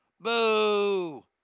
Boo